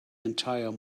entire